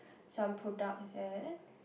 some products there